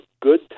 good